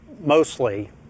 mostly